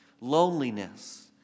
loneliness